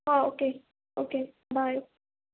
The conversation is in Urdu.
ہاں اوکے اوکے بائے